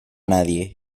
nadie